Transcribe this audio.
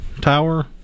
tower